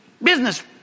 Business